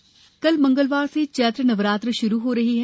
नवरात्र कल से कल मंगलवार से चैत्र नवरात्र शुरू हो रहे हैं